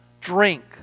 Drink